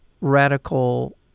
radical